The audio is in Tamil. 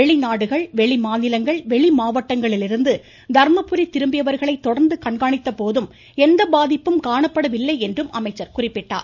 வெளிநாடுகள் வெளிமாநிலங்கள் வெளிமாவட்டங்களிலிருந்து தர்மபுரி திரும்பியவர்களை தொடர்ந்து கண்காணித்தபோதும் எந்த பாதிப்பும் காணப்படவில்லை என்றும் அவர் குறிப்பிட்டார்